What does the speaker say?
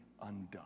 undone